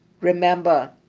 remember